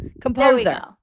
Composer